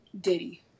Diddy